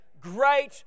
Great